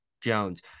Jones